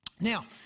Now